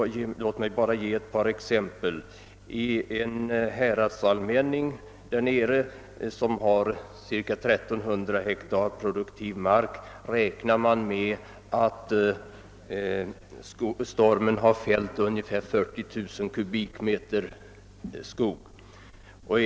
Låt mig bara ge ett exempel! I en häradsallmänning där nere med 1300 hektar produktiv mark räknar man med att stormen fällt ungefär 40 090 kubikmeter skog.